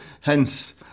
hence